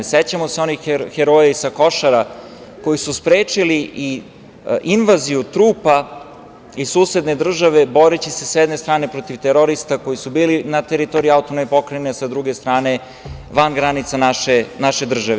Sećamo se i onih heroja sa Košara koji su sprečili invaziju trupa iz susedne države boreći se sa jedne strane protiv terorista koji su bili na teritoriji AP, a sa druge strane van granica naše države.